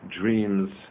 dreams